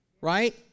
right